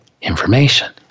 information